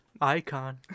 Icon